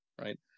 right